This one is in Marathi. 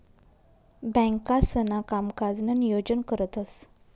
बँकांसणा कामकाजनं नियोजन करतंस